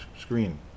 screen